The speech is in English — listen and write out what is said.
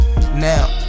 now